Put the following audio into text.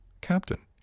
Captain